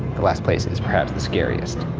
the last place is perhaps the scariest,